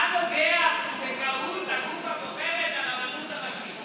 מה נוגע, הגוף הבוחר את הרבנות הראשית.